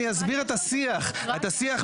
אני אסביר את השיח בינינו.